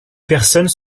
personnes